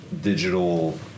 digital